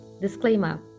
Disclaimer